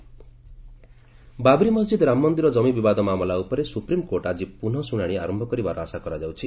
SC Ayodhya Babri Masjid Ram Mandir ଜମି ବିବାଦ ମାମଲା ଉପରେ ସ୍ରପ୍ରିମ୍କୋର୍ଟ ଆଜି ପ୍ରନଃ ଶ୍ରଣାଣୀ ଆରମ୍ଭ କରିବାର ଆଶା କରାଯାଉଛି